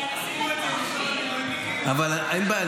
עשינו את זה --- אין בעיה.